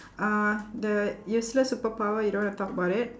uh the useless superpower you don't wanna talk about it